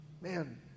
Man